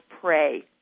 Pray